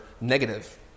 negative